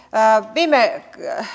viime